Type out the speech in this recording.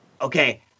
Okay